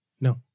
No